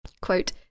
quote